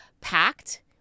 packed